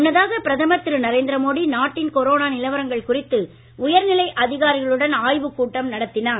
முன்னதாக பிரதமர் திரு நரேந்திர மோடி நாட்டின் கொரோனா நிலவரங்கள் குறித்து உயர் நிலை அதிகாரிகளுடன் ஆய்வுக் கூட்டம் நடத்தினார்